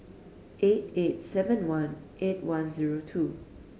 eight eight seven one eight one zero two